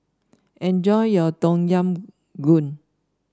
enjoy your Tom Yam Goong